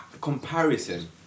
comparison